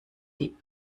die